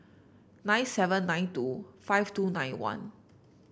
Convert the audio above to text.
nine seven nine two five two nine one